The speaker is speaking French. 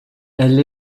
elle